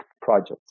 projects